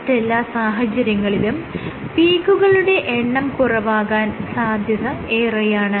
മറ്റെല്ലാ സാഹചര്യങ്ങളിലും പീക്കുകളുടെ എണ്ണം കുറവാകാൻ സാധ്യത ഏറെയാണ്